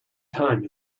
time